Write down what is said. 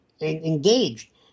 engaged